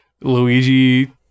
Luigi